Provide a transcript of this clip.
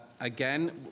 again